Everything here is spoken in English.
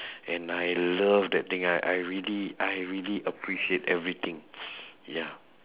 and I love that thing I I really I really appreciate everything ya